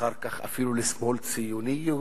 אחר כך אפילו לשמאל ציוני יהודי,